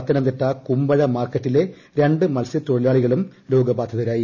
പത്തനംതിട്ട കുമ്പഴ മാർക്കറ്റിങ്ലൂ രണ്ട് മൽസ്യതൊഴിലാളികളും രോഗബാധിതരായി